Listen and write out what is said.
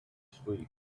sleep